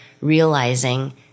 realizing